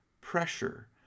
pressure